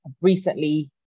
recently